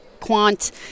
Quant